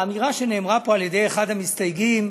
האמירה שנאמרה פה על-ידי אחד המסתייגים,